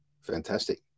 fantastic